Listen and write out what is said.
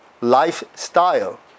lifestyle